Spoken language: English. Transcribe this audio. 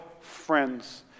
friends